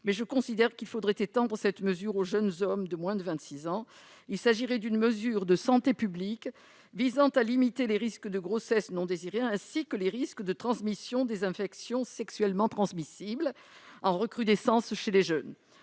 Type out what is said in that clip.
mais je considère qu'il faudrait également étendre la mesure aux jeunes hommes de moins de 26 ans. Il s'agit d'une mesure de santé publique visant à limiter les risques de grossesse non désirée, ainsi que les risques de transmission des infections sexuellement transmissibles, en recrudescence chez les jeunes.